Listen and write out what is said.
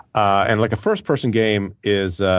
and like a first person game is